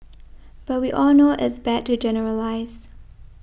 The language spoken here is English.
but we all know it's bad to generalise